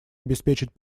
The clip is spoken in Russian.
обеспечить